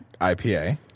IPA